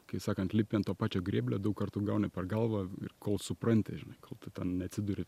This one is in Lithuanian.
kai sakant lipi ant to pačio grėblio daug kartų gauni per galvą ir kol supranti žinai kol ten neatsiduri